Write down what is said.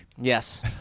Yes